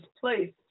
place